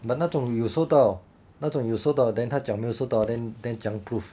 but 那种有收到那种有收到 then 他讲没有收到 then then 怎样 proof